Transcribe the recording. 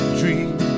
dream